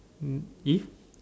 um if